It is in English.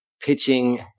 pitching